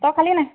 তই খালি নাই